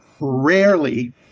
rarely